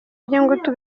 by’ingutu